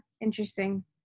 interesting